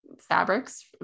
fabrics